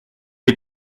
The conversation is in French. les